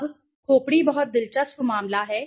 अब खोपड़ी बहुत दिलचस्प मामला है